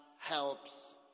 helps